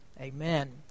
amen